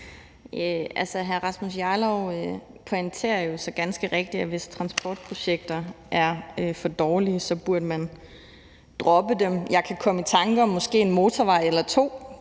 Hr. Rasmus Jarlov pointerer jo så ganske rigtigt, at hvis transportprojekter er for dårlige, bør man droppe dem. Jeg kan komme i tanke om en motorvej eller to,